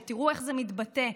ותראו איך זה מתבטא.